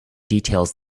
details